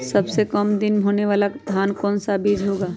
सबसे काम दिन होने वाला धान का कौन सा बीज हैँ?